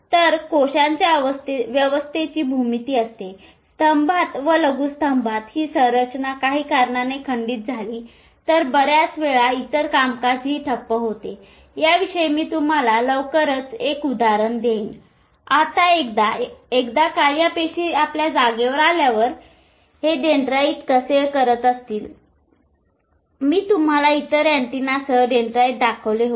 तर कोशांच्या व्यवस्थेची भूमिती असते स्तंभांत व लघु स्तंभात ही संरचना काही कारणाने खंडित झाली तर बरीच वेळा इतर कामकाज ही ठप्प होते याविषयी मी तुम्हाला लवकरच एक उदाहरण देईन आता एकदा का या पेशी आपल्या जागेवर आल्यावर हे डेन्ड्राइट कसे तयार होत असतील मी तुम्हाला इतर अँटेनासह डेन्ड्राइट दाखवले होते